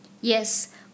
Yes